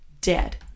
dead